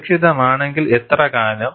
സുരക്ഷിതമാണെങ്കിൽ എത്ര കാലം